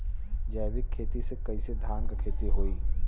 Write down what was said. जैविक खेती से कईसे धान क खेती होई?